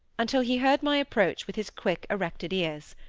until he heard my approach with his quick erected ears.